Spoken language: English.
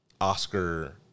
Oscar